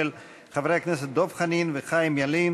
הצעות מס' 6468 ו-6469 של חברי הכנסת דב חנין וחיים ילין.